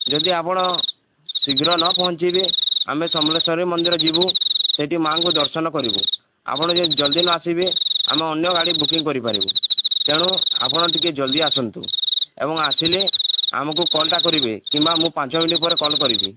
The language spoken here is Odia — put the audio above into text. ଯଦି ଆପଣ ଶୀଘ୍ର ନ ପହଞ୍ଚିବେ ଆମେ ସମଲେଶ୍ୱରୀ ମନ୍ଦିର ଯିବୁ ସେଇଠି ମାଙ୍କୁ ଦର୍ଶନ କରିବୁ ଆପଣ ଯେନ୍ ଜଲ୍ଦି ନ ଆସିବେ ଆମେ ଅନ୍ୟ ଗାଡ଼ି ବୁକିଂ କରିପାରିବୁ ତେଣୁ ଆପଣ ଟିକେ ଜଲ୍ଦି ଆସନ୍ତୁ ଏବଂ ଆସିଲେ ଆମକୁ କଲ୍ଟା କରିବେ କିମ୍ବା ମୁଁ ପାଞ୍ଚ ମିନିଟ୍ ପରେ କଲ୍ କରିବି